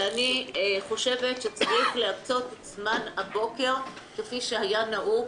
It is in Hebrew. אני חושבת שצריך להקצות זמן הבוקר לעבודת הוועדות כפי שהיה נהוג.